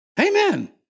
Amen